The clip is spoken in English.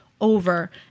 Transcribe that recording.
over